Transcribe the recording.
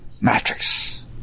matrix